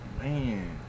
Man